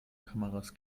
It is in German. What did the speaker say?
kameras